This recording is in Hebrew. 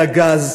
הגז,